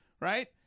Right